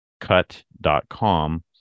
cut.com